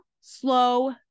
slow